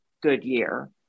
Goodyear